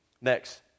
next